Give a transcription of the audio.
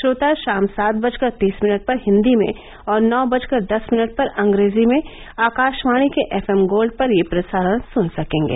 श्रोता शाम सात बजकर तीस मिनट पर हिंदी में और नौ बजकर दस मिनट पर अंग्रेजी में आकाशवाणी के एफ एम गोल्ड पर यह प्रसारण सुन सकेंगे